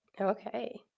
Okay